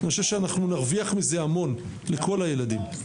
אני חושב שנרוויח מזה המון, מכול הילדים.